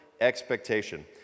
expectation